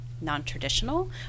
non-traditional